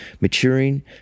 Maturing